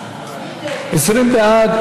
לסדר-היום?